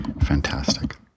fantastic